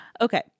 Okay